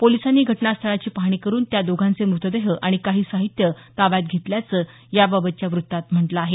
पोलिसांनी घटनास्थळाची पाहणी करून त्या दोघांचे मृतदेह आणि काही साहित्य ताब्यात घेतल्याचं याबाबतच्या वृत्तात म्हटलं आहे